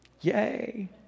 Yay